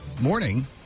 morning